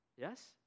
Yes